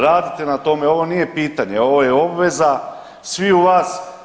Radite na tome, ovo nije pitanje, ovo je obveza sviju vas.